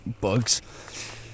bugs